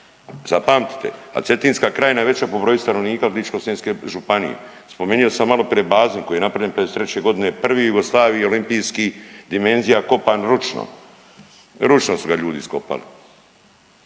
zapamtite, a Cetinska krajina je veća po broju stanovnika od Ličko-senjske županije. Spomenuo sam maloprije bazen koji je napravljen koji je napravljen '53.g. prvi u Jugoslaviji olimpijskih dimenzija kopan ručno, ručno su ga ljudi iskopali.